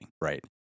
Right